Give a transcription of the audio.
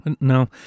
no